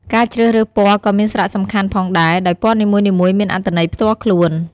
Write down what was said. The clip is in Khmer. ការជ្រើសរើសពណ៌ក៏មានសារៈសំខាន់ផងដែរ ដោយពណ៌នីមួយៗមានអត្ថន័យផ្ទាល់ខ្លួន។